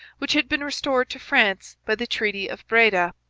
which had been restored to france by the treaty of breda.